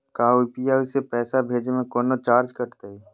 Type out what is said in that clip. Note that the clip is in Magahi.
का यू.पी.आई से पैसा भेजे में कौनो चार्ज कटतई?